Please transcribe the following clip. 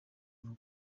rugo